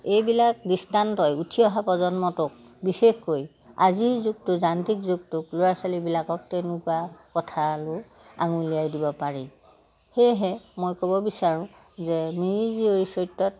এইবিলাক দৃষ্টান্তই উঠি অহা প্ৰজন্মটোক বিশেষকৈ আজিৰ যুগটো যান্ত্ৰিক যুগটোক ল'ৰা ছোৱালীবিলাকক তেনেকুৱা কথালৈ আঙুলিয়াই দিব পাৰি সেয়েহে মই ক'ব বিচাৰোঁ যে মিৰি জীয়ৰী চৰিত্ৰত